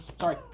Sorry